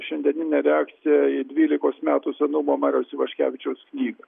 šiandieninę reakciją į dvylikos metų senumo mariaus ivaškevičiaus knygą